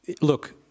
look